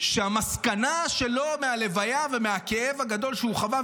שהמסקנה שלו מהלוויה ומהכאב הגדול שהוא חווה,